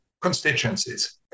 constituencies